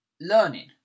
learning